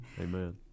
Amen